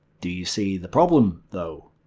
do you see the problem though?